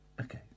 Okay